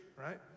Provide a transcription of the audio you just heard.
right